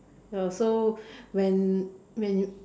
ya so when when you